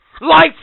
Life